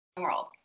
world